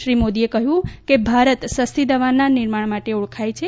શ્રી મોદીએ કહ્યું કે ભારત સસ્તી દવાના નિર્માણ માટે ઓળખાય છે